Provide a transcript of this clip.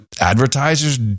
advertisers